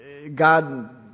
God